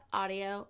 audio